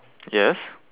yes